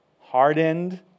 hardened